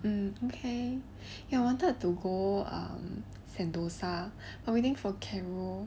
um okay I wanted to go sentosa while waiting for carol